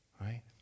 Right